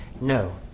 no